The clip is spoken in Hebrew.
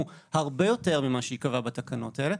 הרבה יותר ממה שייקבע בתקנות האלה,